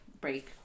break